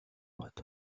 boîtes